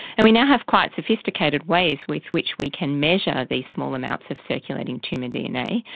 and we now have quite sophisticated ways with which we can measure these small amounts of circulating tumour dna,